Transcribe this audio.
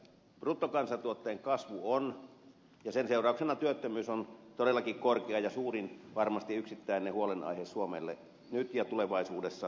bruttokansantuotteen kasvu on ja sen seurauksena työttömyys on todellakin korkea ja varmasti suurin yksittäinen huolenaihe suomelle nyt ja tulevaisuudessa